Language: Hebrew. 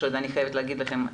אני חייבת להגיד לכם,